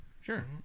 Sure